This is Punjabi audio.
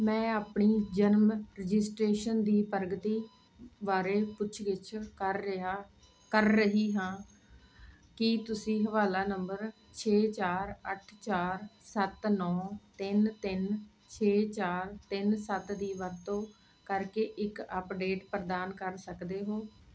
ਮੈਂ ਆਪਣੀ ਜਨਮ ਰਜਿਸਟ੍ਰੇਸ਼ਨ ਦੀ ਪ੍ਰਗਤੀ ਬਾਰੇ ਪੁੱਛ ਗਿੱਛ ਕਰ ਰਿਹਾ ਕਰ ਰਹੀ ਹਾਂ ਕੀ ਤੁਸੀਂ ਹਵਾਲਾ ਨੰਬਰ ਛੇ ਚਾਰ ਅੱਠ ਚਾਰ ਸੱਤ ਨੌਂ ਤਿੰਨ ਤਿੰਨ ਛੇ ਚਾਰ ਤਿੰਨ ਸੱਤ ਦੀ ਵਰਤੋਂ ਕਰਕੇ ਇੱਕ ਅੱਪਡੇਟ ਪ੍ਰਦਾਨ ਕਰ ਸਕਦੇ ਹੋ